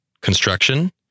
Construction